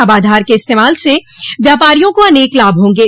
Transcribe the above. अब आधार के इस्तेमाल से व्यापारियों को अनेक लाभ होंगे